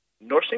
nursing